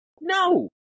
No